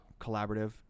collaborative